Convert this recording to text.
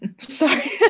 Sorry